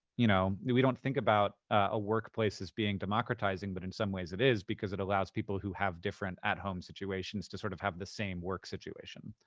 you know we don't think about a workplace as being democratizing, but in some ways it is because it allows people who have different at home situations to sort of have the same work situation.